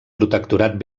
protectorat